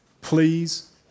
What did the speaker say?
please